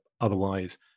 otherwise